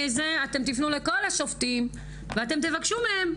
אתם תפנו לכל השופטים ותבקשו מהם,